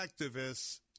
activists